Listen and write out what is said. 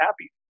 happy